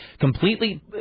completely